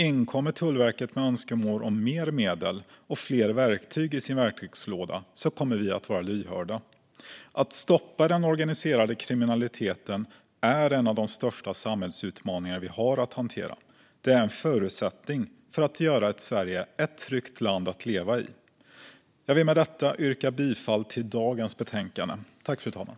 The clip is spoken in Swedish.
Inkommer Tullverket med önskemål om mer medel eller fler verktyg i sin verktygslåda kommer vi att vara lyhörda. Att stoppa den organiserade kriminaliteten är en av de största samhällsutmaningar vi har att hantera. Det är en förutsättning för att göra Sverige till ett tryggt land att leva i. Jag vill med detta yrka bifall till utskottets förslag i dagens betänkande.